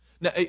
Now